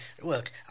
look